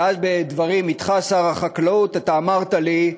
ואז בדברים אתך, שר החקלאות, אמרת לי: